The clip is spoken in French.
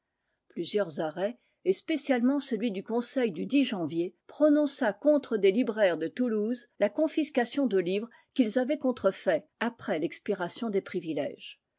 plusieurs arrêts et spécialement celui du conseil du janvier prononça contre des libraires de toulouse la confiscation de livres qu'ils avaient contrefaits après l'expiration des privilèges